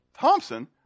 Thompson